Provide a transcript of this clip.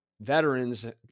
veterans